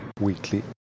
Weekly